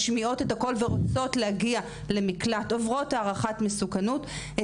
משמיעות את קולן עוברות הערכת מסוכנות ורוצות להגיע למקלט,